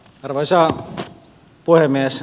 arvoisa puhemies